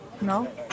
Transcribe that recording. No